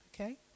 okay